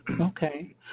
Okay